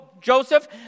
Joseph